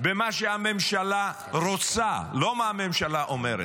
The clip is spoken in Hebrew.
במה שהממשלה רוצה, לא מה שהממשלה אומרת.